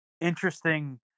interesting